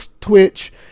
Twitch